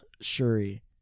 Shuri